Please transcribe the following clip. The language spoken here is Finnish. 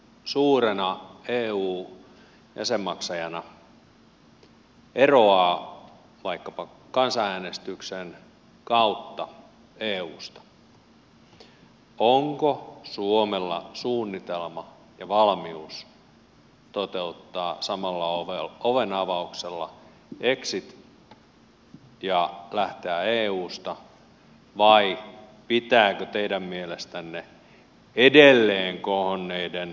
jos britannia suurena eu jäsenmaksajana eroaa vaikkapa kansanäänestyksen kautta eusta onko suomella suunnitelma ja valmius toteuttaa samalla ovenavauksella exit ja lähteä eusta vai pitääkö teidän mielestänne edelleen kohonneiden